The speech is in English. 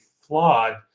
flawed